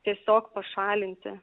tiesiog pašalinti